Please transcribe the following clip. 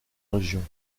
régions